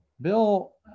Bill